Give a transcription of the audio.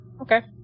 Okay